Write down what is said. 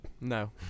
No